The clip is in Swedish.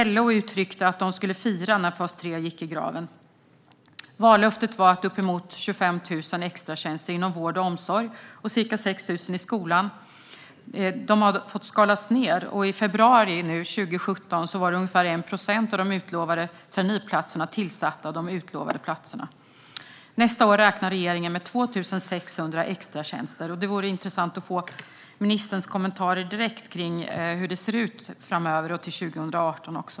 LO uttryckte att de skulle fira när fas 3 gick i graven. Vallöftet var uppemot 25 000 extratjänster inom vård och omsorg och ca 6 000 i skolan. Det har fått skalas ned. I februari 2017 var ungefär 1 procent av de utlovade traineeplatserna tillsatta. Nästa år räknar regeringen med 2 600 extratjänster. Det vore intressant att få ministerns kommentarer direkt om hur det ser ut framöver och också till 2018.